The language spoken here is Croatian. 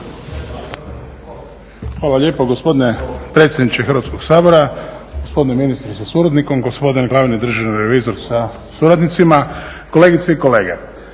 Hvala lijepo gospodine predsjedniče Hrvatskog sabora, gospodine ministre sa suradnikom, gospodine glavni državni revizor sa suradnicima, kolegice i kolege.